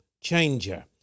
changer